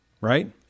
right